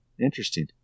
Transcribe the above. Interesting